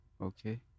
Okay